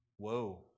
Whoa